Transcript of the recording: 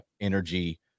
energy